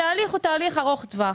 התהליך הוא ארוך טווח.